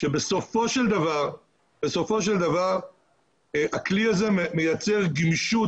שבסופו של דבר הכלי הזה מייצר גמישות